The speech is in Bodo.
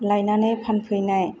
लायनानै फानफैनाय